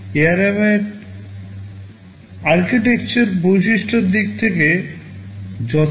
ARM এর architecture বৈশিষ্ট্যের দিক থেকে যথেষ্ট FLEXIBLE